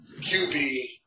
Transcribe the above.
QB